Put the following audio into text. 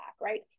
right